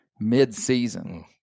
mid-season